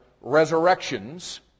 resurrections